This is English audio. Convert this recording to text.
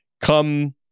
come